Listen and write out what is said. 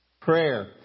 prayer